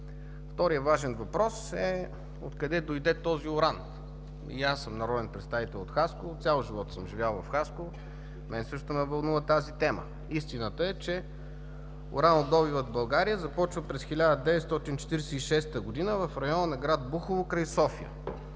Вторият важен въпрос е: откъде дойде този уран? И аз съм народен представител от Хасково, цял живот съм живял в Хасково. Мен също ме вълнува тази тема. Истината е, че уранодобивът в България започва през 1946 г. в района на град Бухово край София.